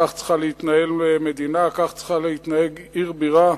כך צריכה להתנהל מדינה, כך צריכה להתנהג עיר בירה.